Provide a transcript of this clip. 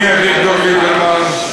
אני, אביגדור ליברמן,